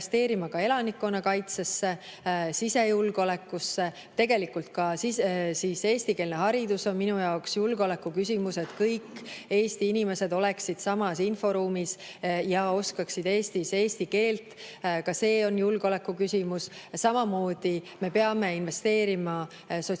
elanikkonnakaitsesse, sisejulgeolekusse, tegelikult ka eestikeelne haridus on minu jaoks julgeolekuküsimus, et kõik Eesti inimesed oleksid samas inforuumis ja oskaksid Eestis eesti keelt, ka see on julgeolekuküsimus. Ja samamoodi me peame investeerima sotsiaalsüsteemi